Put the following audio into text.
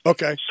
Okay